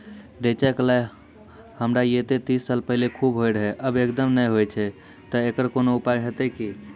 रेचा, कलाय हमरा येते तीस साल पहले खूब होय रहें, अब एकदम नैय होय छैय तऽ एकरऽ कोनो उपाय हेते कि?